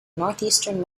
northeastern